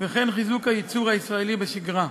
וכן לחיזוק הייצור הישראלי בשגרה.